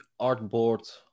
artboard